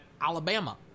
Alabama